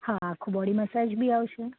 હા આખું body massage બી આવશે